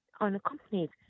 unaccompanied